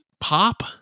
pop